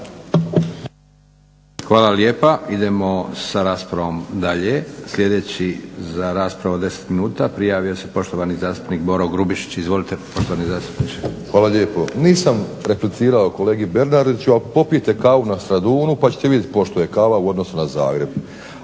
Hvala lijepa. Idemo sa raspravom dalje. Sljedeći za raspravu od 10 minuta pojavio se poštovani zastupnik Boro Grubišić. Izvolite poštovani zastupniče. **Grubišić, Boro (HDSSB)** Hvala lijepo. Nisam replicirao kolegi Bernardiću ali popijte kavu na Stradunu pa vidite koliko je kava u odnosu na Zagreb.